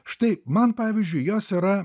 štai man pavyzdžiui jos yra